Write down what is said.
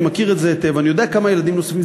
אני מכיר את זה היטב, אני יודע כמה ילדים נוספים.